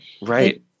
Right